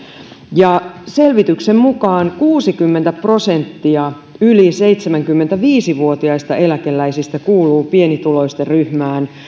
selvityksen mukaan kuusikymmentä prosenttia yli seitsemänkymmentäviisi vuotiaista eläkeläisistä kuuluu pienituloisten ryhmään